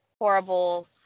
horrible